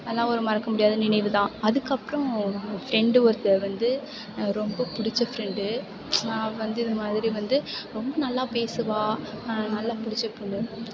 அதெல்லாம் ஒரு மறக்க முடியாத நினைவு தான் அதுக்கப்றம் ஒரு ஃப்ரெண்டு ஒருத்தவள் வந்து ரொம்ப பிடிச்ச ஃப்ரெண்டு நான் வந்து இது மாதிரி வந்து ரொம்ப நல்லா பேசுவாள் நல்லா பிடிச்ச ஃப்ரெண்டு